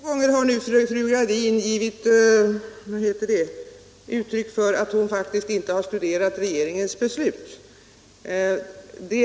Herr talman! Två gånger har nu fru Gradin givit belägg för att hon faktiskt inte har studerat regeringens beslut.